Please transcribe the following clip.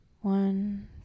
One